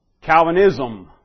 Calvinism